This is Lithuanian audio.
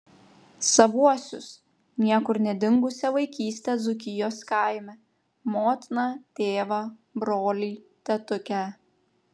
savuosius niekur nedingusią vaikystę dzūkijos kaime motiną tėvą brolį tetukę